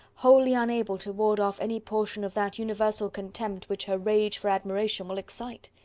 wholly unable to ward off any portion of that universal contempt which her rage for admiration will excite.